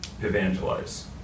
evangelize